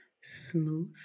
smooth